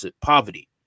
poverty